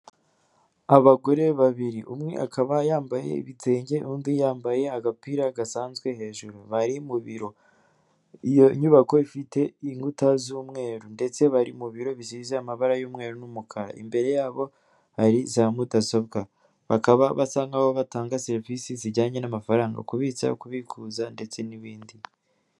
Abagore babiri, umwe akaba yambaye ibitenge undi yambaye agapira gasanzwe hejuru bari mu biro. Iyo nyubako ifite inkuta z'umweru ndetse bari mu biro bizigizeze amabara y'umweru n'umukara, imbere y'abo hari za mudasobwa. Bakaba basa nk'aho batanga serivisi zijyanye n'amafaranga kubitsa, kubikuza ndetse n'ibindi.